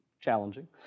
challenging